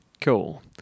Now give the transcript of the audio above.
Cool